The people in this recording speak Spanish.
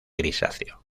grisáceo